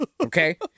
okay